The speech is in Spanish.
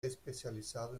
especializado